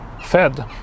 fed